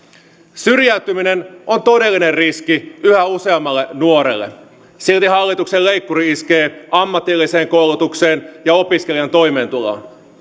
syrjäytyminen on todellinen riski yhä useammalle nuorelle silti hallituksen leikkuri iskee ammatilliseen koulutukseen ja opiskelijan toimeentuloon